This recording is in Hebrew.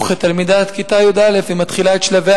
וכתלמידת כיתה י"א היא מתחילה את שלבי